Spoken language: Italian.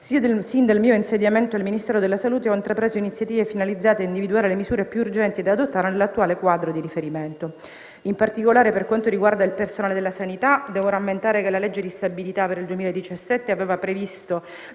sin dal mio insediamento al Ministero della salute ho intrapreso iniziative finalizzate ad individuare le misure più urgenti da adottare nell'attuale quadro di riferimento. In particolare, per quanto riguarda il personale della sanità, devo rammentare che la legge di stabilità per il 2017 aveva previsto,